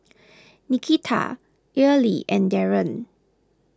Nikita Earlie and Darron